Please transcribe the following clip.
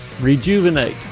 rejuvenate